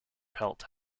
pelt